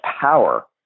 power